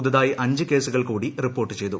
പുതുതായി അഞ്ച് കേസുകൾ കൂട്ടി റിപ്പോർട്ട് ചെയ്തു